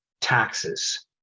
taxes